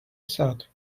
thought